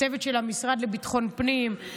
הצוות של המשרד לביטחון פנים,